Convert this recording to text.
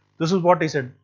this is what he said.